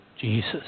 Jesus